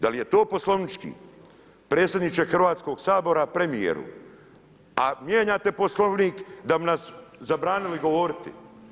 Da li je to poslovnički predsjedniče Hrvatskog sabora, premijeru a mijenjate Poslovnik da bi nam zabranili govoriti.